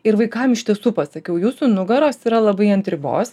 ir vaikam iš tiesų pasakiau jūsų nugaros yra labai ant ribos